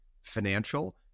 financial